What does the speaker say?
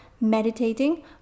meditating